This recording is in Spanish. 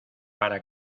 para